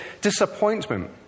disappointment